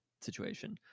situation